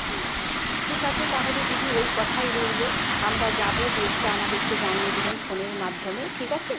হুম ঠিক আছে তাহলে দিদি ওই কথাই রইল আমরা যাব ডেটটা আমাদেরকে জানিয়ে দেবেন ফোনের মাধ্যমে ঠিক আছে